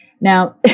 Now